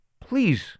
please